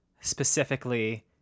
specifically